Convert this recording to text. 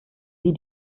sie